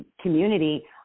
community